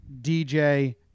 DJ